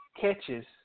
catches